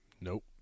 Nope